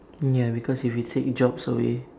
ya because if we take jobs away